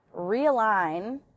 realign